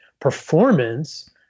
performance